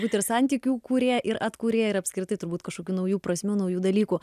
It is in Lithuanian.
bet ir santykių kūrėja ir atkūrėja ir apskritai turbūt kažkokių naujų prasmių naujų dalykų